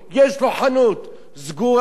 יש לו חנות סגורה,